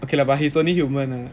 okay lah but he's only human ah